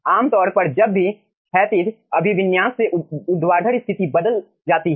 आमतौर पर जब भी क्षैतिज अभिविन्यास से ऊर्ध्वाधर स्थिति बदल जाती है